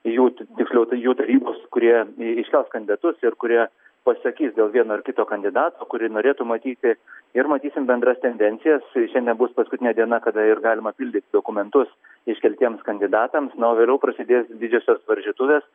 jų tiksliau tai jų tarybos kurie iškels kandidatus ir kurie pasisakys dėl vieno ar kito kandidato kurį norėtų matyti ir matysim bendras tendencijas tai šiandien bus paskutinė diena kada ir galima pildyti dokumentus iškeltiems kandidatams na o vėliau prasidės didžiosios varžytuvės